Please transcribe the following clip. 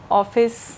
office